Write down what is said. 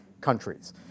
countries